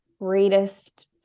greatest